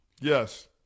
Yes